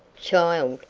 child,